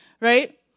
right